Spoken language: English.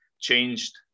changed